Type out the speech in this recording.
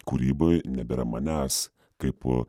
kūryboj nebėra manęs kaipo